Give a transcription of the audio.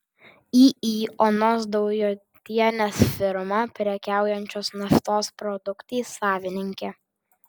iį onos daujotienės firma prekiaujančios naftos produktais savininkė